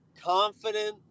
Confident